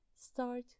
start